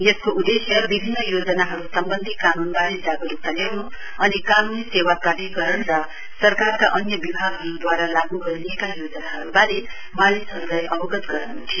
उसको उदेश्य विभिन्न योजनाहरू सम्वन्धी कानूनबारे जागरूकता ल्याउन् अन् कानूनी सेवा प्राधिकरण र सरकारका अन्य विभागहरूद्वारा लागू गरिएका योजनाहरूबारे मानिसहरूलाई अवगत गराउन् थियो